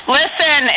listen